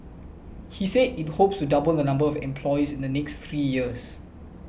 he said it hopes to double the number of employees in the next three years